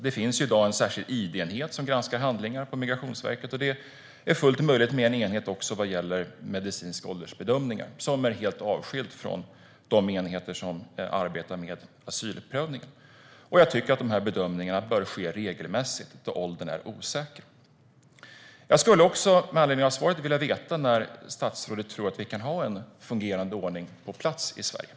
Det finns i dag en särskild id-enhet som granskar handlingar på Migrationsverket, och det vore fullt möjligt med en enhet också vad gäller medicinska åldersbedömningar som är helt avskild från de enheter som arbetar med asylprövningar. Jag tycker att dessa bedömningar bör ske regelmässigt när åldern är osäker. Jag skulle också med anledning av svaret vilja veta när statsrådet tror att vi kan ha en fungerande ordning på plats i Sverige.